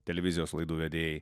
televizijos laidų vedėjai